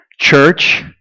church